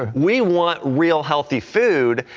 ah we want real healthy food,